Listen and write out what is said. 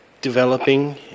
developing